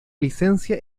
licencia